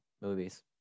movies